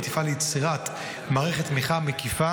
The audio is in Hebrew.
ותפעל ליצירת מערכת תמיכה מקיפה